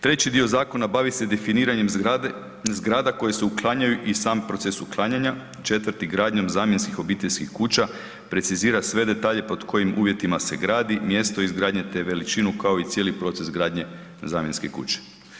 Treći dio zakona bavi se definiranjem zgrada koje se uklanjaju i sam proces uklanjanja, četvrti gradnjom zamjenskih obiteljskih kuća, precizira sve detalje pod kojim uvjetima se gradi, mjesto izgradnje te veličinu, kao i cijeli proces gradnje zamjenske kuće.